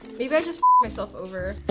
maybe i just myself over.